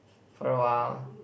for a while